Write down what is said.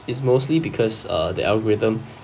is mostly because uh the algorithm